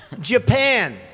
Japan